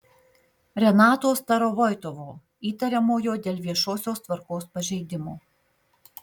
renato starovoitovo įtariamojo dėl viešosios tvarkos pažeidimo